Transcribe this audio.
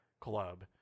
Club